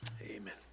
amen